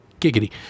Giggity